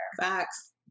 Facts